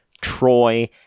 Troy